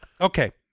Okay